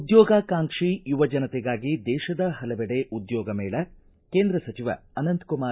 ಉದ್ಯೋಗಾಕಾಂಕ್ಷಿ ಯುವಜನತೆಗಾಗಿ ದೇತದ ಹಲವೆಡೆ ಉದ್ಯೋಗ ಮೇಳ ಕೇಂದ್ರ ಸಚಿವ ಅನಂತಕುಮಾರ